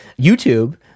YouTube